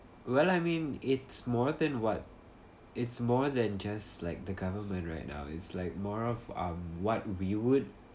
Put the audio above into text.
well I mean it's more than what it's more than just like the government right now it's like more of um what we would